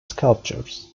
sculptures